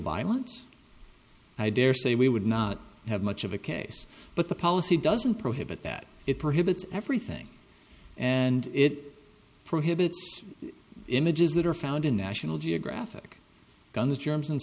violence i dare say we would not have much of a case but the policy doesn't prohibit that it prohibits everything and it prohibits images that are found in national geographic guns germs and